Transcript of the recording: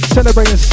celebrating